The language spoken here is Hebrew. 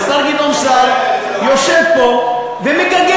השר גדעון סער יושב פה ומגגל,